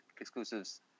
exclusives